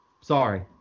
Sorry